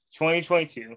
2022